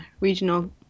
regional